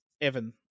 Evan